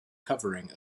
covering